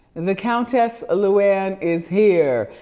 the countess ah luann is here.